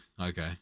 okay